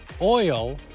oil